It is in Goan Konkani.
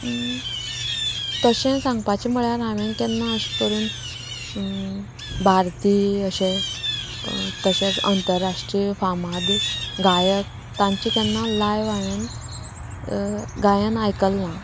तशें सांगपाचें म्हळ्यार हांवेन केन्ना अशें करून भारतीय अशें तशेंच आंतरराष्ट्रीय फामाद गायक तांचें केन्ना लायव हांवेन गायन आयकलें ना